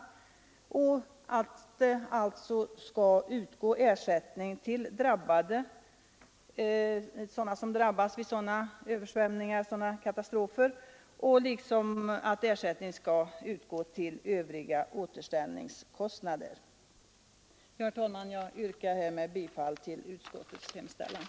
Ersättning skall alltså utgå till dem som drabbas vid sådana katastrofer, liksom ersättning skall utgå till övriga återställningskostnader. Herr talman! Jag yrkar bifall till utskottets hemställan.